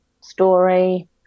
story